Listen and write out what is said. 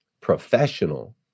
professional